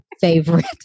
favorite